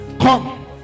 come